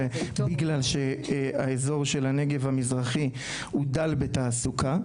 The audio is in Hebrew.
בגלל שהאזור של הנגב המזרחי הוא דל בתעסוקה.